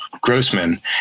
Grossman